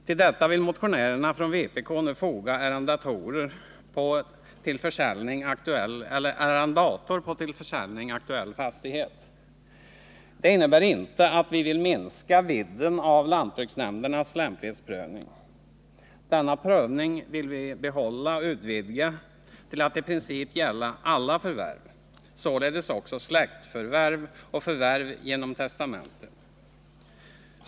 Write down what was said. Till detta vill motionärerna från vpk nu också foga arrendator på till försäljning aktuell fastighet. Det innebär inte att vi vill minska vidden av lantbruksnämndernas lämplighetsprövning. Denna prövning vill vi behålla och utvidga till att i princip gälla alla förvärv, således också släktförvärv och förvärv genom testamente.